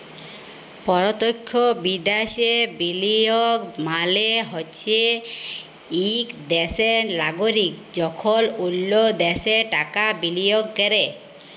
পরতখ্য বিদ্যাশে বিলিয়গ মালে হছে ইক দ্যাশের লাগরিক যখল অল্য দ্যাশে টাকা বিলিয়গ ক্যরে